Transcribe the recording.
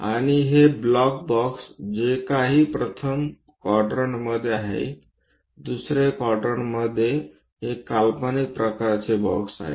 आणि हे block box जे काही प्रथम क्वाड्रंटमध्ये आहे दुसरे क्वाड्रंटमध्ये हे काल्पनिक प्रकारचे बॉक्स आहेत